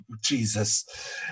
Jesus